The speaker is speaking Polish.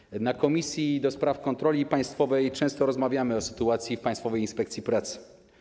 Na posiedzeniach Komisji do Spraw Kontroli Państwowej często rozmawiamy o sytuacji w Państwowej Inspekcji Pracy.